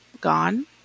gone